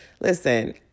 Listen